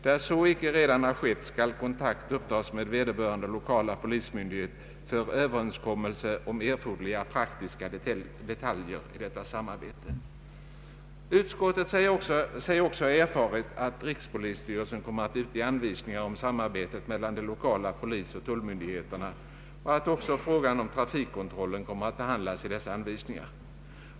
Där så icke redan skett skall kontakt upptas med vederbörande lokala polismyndighet för överenskommelse om erforderliga praktiska detaljer i detta samarbete.” Utskottet säger sig också ha erfarit att rikspolisstyrelsen kommer att utge anvisningar om samarbetet mellan de lokala polisoch tullmyndigheterna samt att frågan om trafikkontrollen kommer att behandlas i dessa anvisningar.